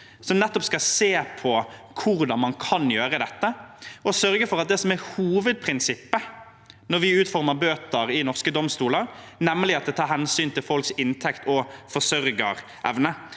skal se på hvordan man kan gjøre dette, og sørge for det som er hovedprinsippet når vi utformer bøter i norske domstoler, nemlig at det tas hensyn til folks inntekt og forsørgerevne.